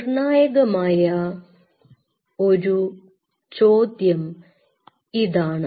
നിർണായകമായ ഒരു ചോദ്യം ഇതാണ്